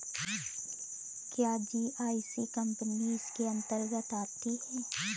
क्या GIC company इसके अन्तर्गत आती है?